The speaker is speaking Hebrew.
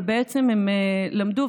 ובעצם הם למדו,